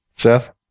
Seth